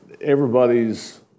everybody's